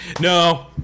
no